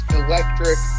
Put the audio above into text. electric